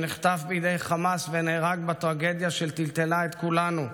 שנחטף בידי חמאס ונהרג בטרגדיה שטלטלה את כולנו,